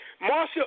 Marsha